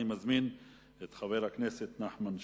אני מזמין את חבר הכנסת נחמן שי.